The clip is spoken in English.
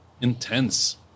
intense